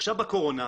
בקורונה,